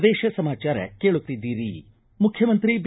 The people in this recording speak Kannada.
ಪ್ರದೇಶ ಸಮಾಚಾರ ಕೇಳುತ್ತಿದ್ದೀರಿ ಮುಖ್ಯಮಂತ್ರಿ ಬಿ